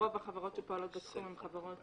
רוב החברות שפועלות בתחום הן חברות